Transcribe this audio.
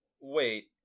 Wait